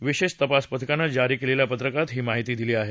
विशेष तपास पथकानं जारी केलेल्या पत्रकात ही माहिती दिली आहे